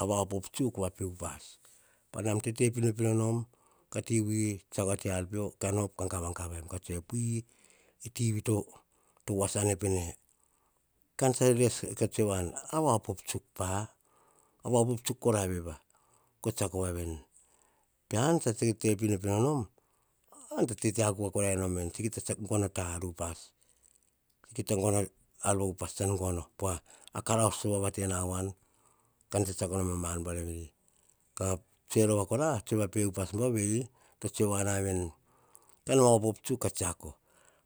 A va opop tsuk va pe upas, panan tete pinopino nom, ka te tivui tsiako te ar pio, kan op ka gavagava em. 'I' e tivi to voasane pene. Kam tsa res ka tsiako voani, a va opop tsuk pa, va opop tsuk kora vei va, ka tsiako voa veni. Pean tsa tete pinopino nom, tete akuk voa korai nom veni, tsa kita gono ta ar upas. Kita gono ta ar upas, pova karaus to vava te na voan pa ma ar buar veri. Tsoe rova kora tsoe va pe upas, to tsoe voana veni. Kan va opop tsuk ka tsiako,